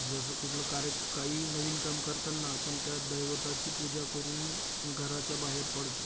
जसं कुठलं कार्य काहीही नवीन काम करताना आपण त्या दैवताची पूजा करून घराच्या बाहेर पडतो